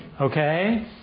Okay